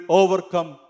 overcome